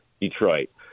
Detroit